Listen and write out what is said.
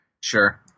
Sure